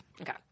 Okay